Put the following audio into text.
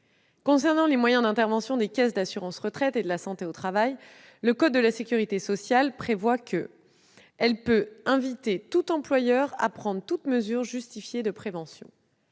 Concernant les moyens d'intervention des caisses d'assurance retraite et de la santé au travail, le code de la sécurité sociale prévoit qu'elles peuvent « inviter tout employeur à prendre toutes mesures justifiées de prévention ».